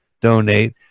donate